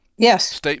Yes